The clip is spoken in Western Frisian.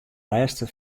lêste